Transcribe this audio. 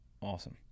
Awesome